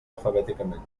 alfabèticament